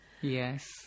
yes